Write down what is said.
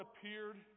appeared